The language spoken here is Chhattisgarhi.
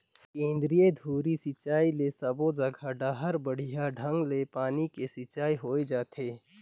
केंद्रीय धुरी सिंचई ले सबो जघा डहर बड़िया ढंग ले पानी के सिंचाई होय जाथे